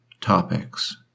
topics